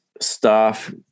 staff